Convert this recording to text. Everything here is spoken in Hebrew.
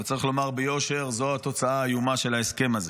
וצריך לומר ביושר שזו התוצאה האיומה של ההסכם הזה,